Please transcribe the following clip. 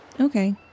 Okay